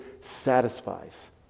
satisfies